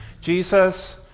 Jesus